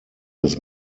his